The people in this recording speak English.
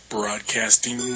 Broadcasting